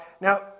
Now